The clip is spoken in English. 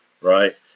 right